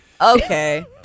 Okay